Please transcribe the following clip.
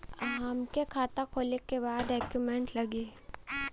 हमके खाता खोले के बा का डॉक्यूमेंट लगी?